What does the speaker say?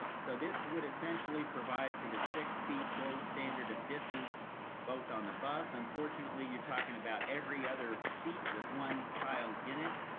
so this would essentially provide for the six feet gold standard of distance both on the bus. unfortunately, you're talking about every other seat with one child in it,